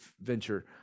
venture